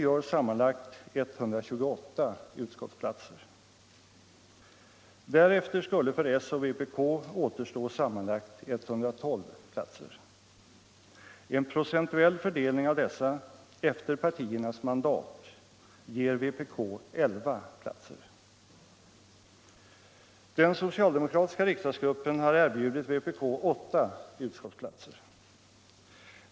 Detta motsvarar också bäst grund Den socitaldemokratiska riksdagsgruppen har erbjudit vpk 8 utskottsplatser.